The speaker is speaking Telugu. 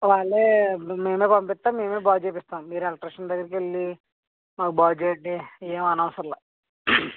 వాళ్ళే ఇప్పుడు మేమే పంపిస్తాము మేమే బాగు చేయిస్తాము మీరు ఎలెక్ట్రిషన్ దగ్గరికి వెళ్ళి మాకు బాగుచెయ్యండి ఏం అనే అవసరం లేదు